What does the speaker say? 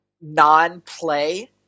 non-play